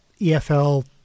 EFL